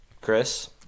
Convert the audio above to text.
Chris